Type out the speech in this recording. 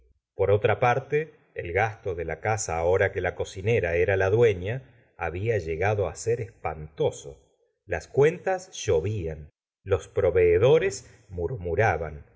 por otra parte el gasto de la casa ahora que la cocinera era la dueila había llegado á ser espantoso las cuentas llovían los proveedores murmuraban